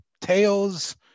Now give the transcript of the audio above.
Tales